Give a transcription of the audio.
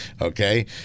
Okay